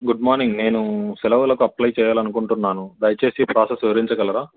good morning నేను సెలవులకు apply చేయాలి అనుకుంటున్నాను దయచేసి ప్రాసెస్ వివరించగలరా